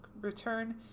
return